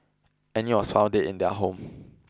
Annie was found dead in their home